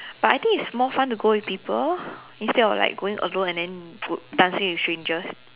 but I think it's more fun to go with people instead of like going alone and then dancing with strangers